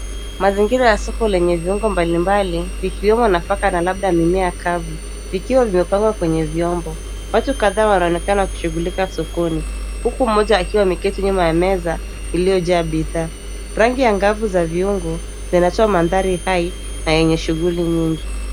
Mazingira ya soko lenye viungo mbalimbali vikiwemo nafaka na labda mimea kavu vikiwa vimepangwa kwenye vyombo. Watu kadhaa wanaonekana kushughulika sokoni huku mmoja akiwa ameketi nyuma ya meza iliyojaa bidhaa. Rangi angavu za viungo yanatoa mandhari hai na yenye shughli nyingi.